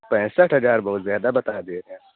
پینسٹھ ہزار بہت زیادہ بتا دیے آپ